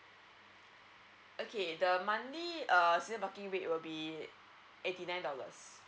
okay the monthly err season parking rate will be eighty nine dollars